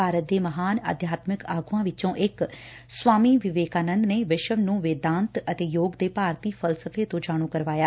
ਭਾਰਤ ਦੇ ਮਹਾਨ ਅਧਿਆਤਮਿਕ ਆਗੁਆਂ ਵਿਚੋਂ ਇਕ ਸਵਾਮੀ ਵਿਵੇਕਾਨੰਦ ਨੇ ਵਿਸ਼ਵ ਨੂੰ ਵੇਦਾਂਤ ਅਤੇ ਯੋਗ ਦੇ ਭਾਰਤੀ ਫਲਸਫੇ ਤੋ ਜਾਣ ਕਰਾਇਆ